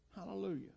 Hallelujah